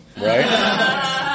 Right